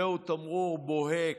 זהו תמרור בוהק,